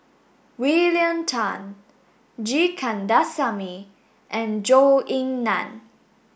William Tan G Kandasamy and Zhou Ying Nan